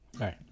right